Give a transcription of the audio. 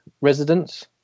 residents